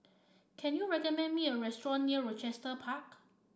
can you recommend me a restaurant near Rochester Park